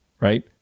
right